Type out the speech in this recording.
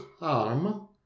arm